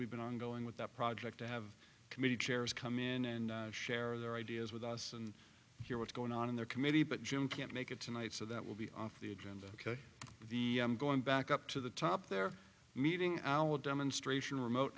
we've been ongoing with that project to have committee chairs come in and share their ideas with us and hear what's going on in their committee but jim can't make it tonight so that will be off the agenda ok the i'm going back up to the top there meeting our demonstration remote